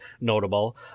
notable